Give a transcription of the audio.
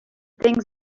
things